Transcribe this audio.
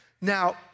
Now